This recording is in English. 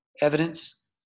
evidence